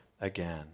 again